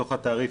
בתוך התעריף,